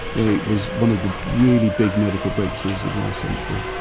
it was one of the really big medical breakthroughs of the last century.